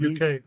UK